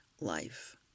life